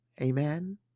Amen